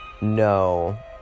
no